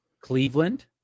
Cleveland